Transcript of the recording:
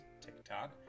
TikTok